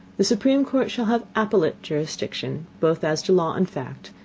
the supreme court shall have appellate jurisdiction, both as to law and fact,